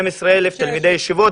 12,000 תלמידי ישיבות,